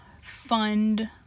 fund